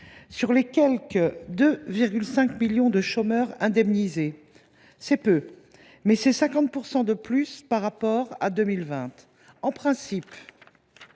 Sur les quelque 2,5 millions de chômeurs indemnisés, c’est peu, mais c’est 50 % de plus par rapport à 2020. En principe